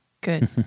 Good